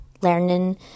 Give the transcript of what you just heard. learning